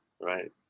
right